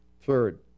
third